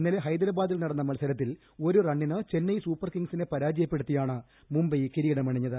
ഇന്നലെ ഹൈദരാബാദിൽ നടന്ന മത്സരത്തിൽ ഒരു റണ്ണിന് ചെന്നൈ സൂപ്പർ കിംഗ്സിനെ പരാജയപ്പെടുത്തിയാണ് മുംബൈ കിരീടമണിഞ്ഞത്